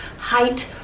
height,